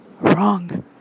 wrong